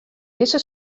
dizze